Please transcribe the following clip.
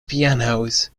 pianos